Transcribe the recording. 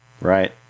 Right